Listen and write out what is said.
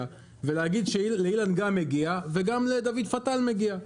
ולהגיד שלאילן גם מגיע וגם לדוד פטאל מגיע.